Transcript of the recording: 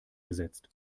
gesetzt